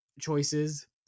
choices